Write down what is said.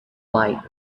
light